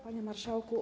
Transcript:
Panie Marszałku!